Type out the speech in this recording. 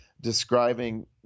describing